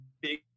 big